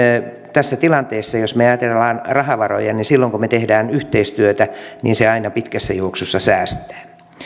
tässä tilanteessa jos me ajattelemme rahavaroja silloin kun me teemme yhteistyötä se aina pitkässä juoksussa säästää